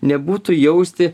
nebūtų jausti